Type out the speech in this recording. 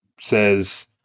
says